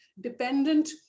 dependent